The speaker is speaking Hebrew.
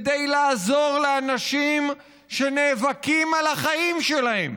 כדי לעזור לאנשים שנאבקים על החיים שלהם,